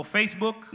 Facebook